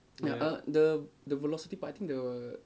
ya ah the the velocity part I think